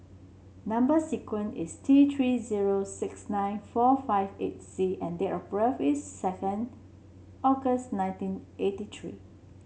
number sequence is T Three zero six nine four five eight C and date of birth is second August nineteen eighty three